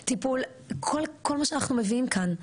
כל מה שאנחנו מביאים כאן,